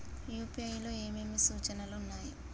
UPI లో ఏమేమి సూచనలు ఉన్నాయి?